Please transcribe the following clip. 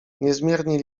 niezmiernie